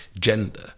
gender